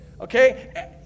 Okay